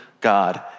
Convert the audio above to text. God